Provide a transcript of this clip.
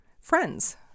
friends